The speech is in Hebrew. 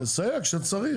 מסייעת כשצריך.